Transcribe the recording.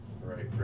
Right